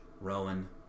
Rowan